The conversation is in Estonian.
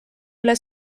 üle